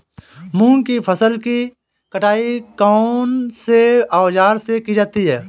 मूंग की फसल की कटाई कौनसे औज़ार से की जाती है?